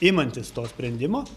imantis to sprendimo